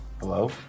Hello